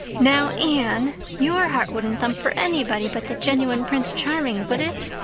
now, anne, your heart wouldn't thump for anybody but the genuine prince charming, would it?